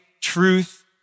truth